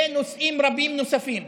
ונושאים רבים נוספים.